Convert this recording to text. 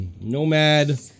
Nomad